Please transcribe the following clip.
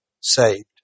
saved